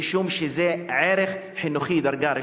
משום שזה ערך חינוכי ממדרגה ראשונה.